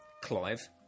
Clive